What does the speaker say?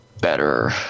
better